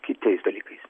kitais dalykais